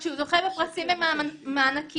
כשהוא זוכה בפרסים ובמענקים,